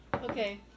Okay